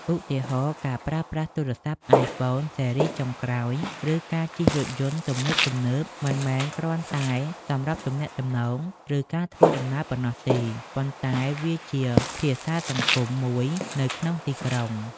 ឧទាហរណ៍៖ ការប្រើប្រាស់ទូរស័ព្ទ iPhone ស៊េរីចុងក្រោយ ឬការជិះរថយន្តទំនើបៗ មិនមែនគ្រាន់តែសម្រាប់ទំនាក់ទំនង ឬការធ្វើដំណើរប៉ុណ្ណោះទេ ប៉ុន្តែវាជា "ភាសាសង្គម" មួយនៅក្នុងទីក្រុង។